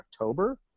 October